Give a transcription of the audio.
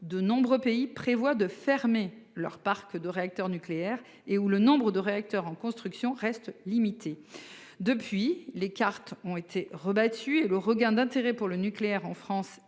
de nombreux pays prévoient de fermer leur parc de réacteurs nucléaires et où le nombre de réacteurs en construction reste limité. » Depuis lors, les cartes ont été rebattues et le regain d'intérêt pour le nucléaire en France